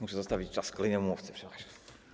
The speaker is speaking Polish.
Muszę zostawić czas kolejnemu mówcy, przepraszam.